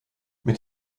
mit